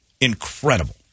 Incredible